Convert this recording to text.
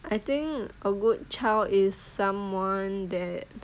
I think a good child is someone that